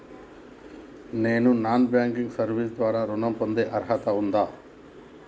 నేను non banking service ద్వారా ఋణం పొందే అర్హత ఉందా?